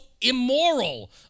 immoral